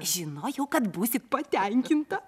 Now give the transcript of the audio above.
žinojau kad būsit patenkinta